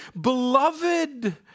Beloved